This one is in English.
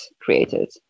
created